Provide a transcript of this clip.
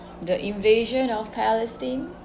the invasion of palestine